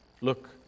Look